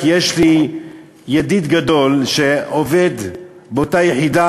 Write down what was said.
כי יש לי ידיד גדול שעובד באותה יחידה